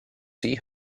see